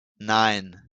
nine